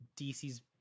DC's